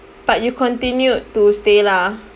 but you continued to stay lah